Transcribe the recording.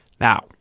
Now